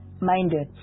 minded